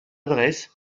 adresse